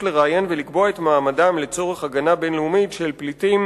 לראיין אותם ולקבוע את מעמדם לצורך הגנה בין-לאומית של פליטים